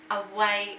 away